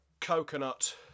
coconut